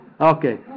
Okay